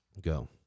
Go